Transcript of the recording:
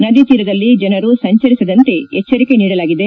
ನದಿ ತೀರದಲ್ಲಿ ಸಂಚರಿಸದಂತೆ ಎಚ್ಚರಿಕೆ ನೀಡಲಾಗಿದೆ